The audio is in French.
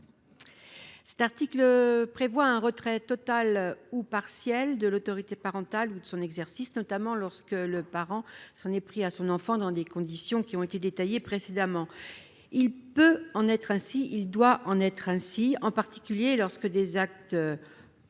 Cet article prévoit un retrait total ou partiel de l'autorité parentale ou de son exercice, notamment lorsque le parent s'en est pris à son enfant dans les conditions qui ont été indiquées précédemment. Il doit en être ainsi, en particulier lorsque des actes